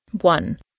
One